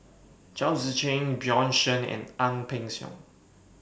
Chao Tzee Cheng Bjorn Shen and Ang Peng Siong